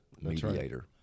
mediator